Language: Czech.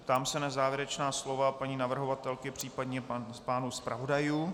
Ptám se na závěrečná slova paní navrhovatelky, případně pánů zpravodajů.